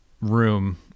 room